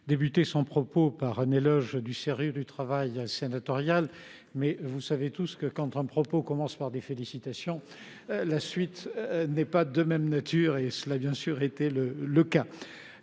intervention par un éloge du sérieux du travail sénatorial, mais nous savons tous que lorsqu’un propos commence par des félicitations, la suite n’est pas de même nature, ce qui a bien sûr été ici le cas